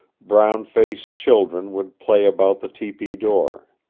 brown-faced children would play about the tepee door.